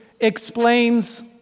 explains